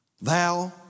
Thou